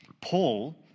Paul